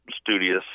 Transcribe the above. studious